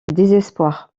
désespoir